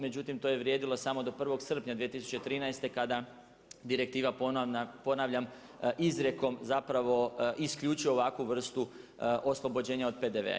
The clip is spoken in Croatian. Međutim, to je vrijedilo samo do 1. srpnja 2013. kada direktiva, ponavljam izrekom zapravo, isključuje ovakvu vrstu oslobođenja od PDV-a.